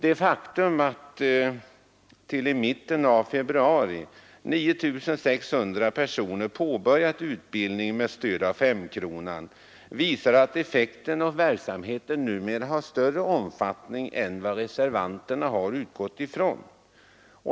Det faktum att till i mitten av februari 9 600 personer påbörjat utbildning med stöd av femkronan visar att verksamheten numera har en större omfattning än vad reservanterna utgått ifrån.